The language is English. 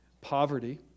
poverty